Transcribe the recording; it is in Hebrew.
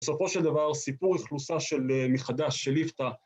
בסופו של דבר סיפור איכלוסה של מחדש של ליפתא.